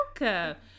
welcome